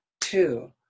Two